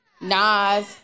Nas